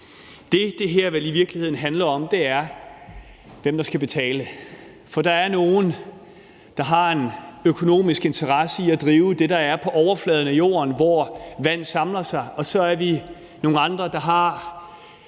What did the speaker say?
Det, det her vel i virkeligheden handler om, er dem, der skal betale. For der er nogle, der har en økonomisk interesse i at drive det, der er på overfladen af jorden, hvor vand samler sig, og så er vi nogle andre, der har